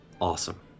awesome